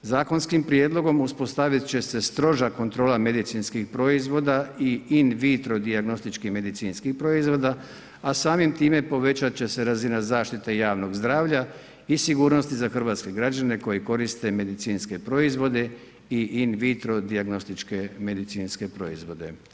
Zakonskim prijedlogom uspostaviti će se stroža kontrola medicinskim proizvoda i in vitro dijagnostičkim medicinskim proizvoda, a samim time povećati će se razina zaštite javnog zdravlja i sigurnost za hrvatske građane, koji koriste medicinske proizvode i in vitro dijagnostičke medicinske proizvode.